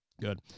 good